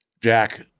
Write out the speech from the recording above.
Jack